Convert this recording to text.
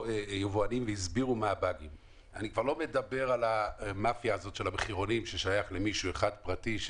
אני כבר לא מדבר על כך שהמחירונים זה משהו ששייך למישהו אחד פרטי,